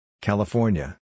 California